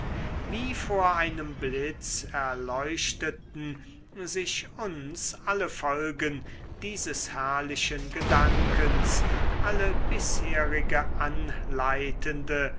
wie vor einem blitz erleuchteten sich uns alle folgen dieses herrlichen gedankens alle bisherige anleitende